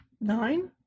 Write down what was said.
nine